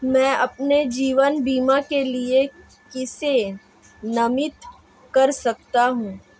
मैं अपने जीवन बीमा के लिए किसे नामित कर सकता हूं?